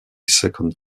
second